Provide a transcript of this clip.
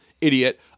Idiot